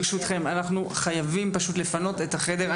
ברשותכם, אנחנו חייבים פשוט לפנות את החדר.